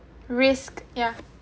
risk ya